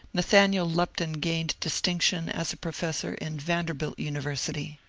nathaniel lupton gained distinction as a professor in vanderbilt university.